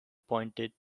pointed